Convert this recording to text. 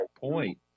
point